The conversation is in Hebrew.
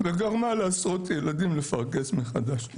וגרמה לעשות ילדים לפרכס מחדש.